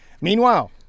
Meanwhile